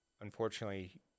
unfortunately